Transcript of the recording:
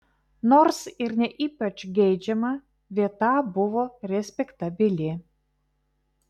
nors ir ne ypač geidžiama vieta buvo respektabili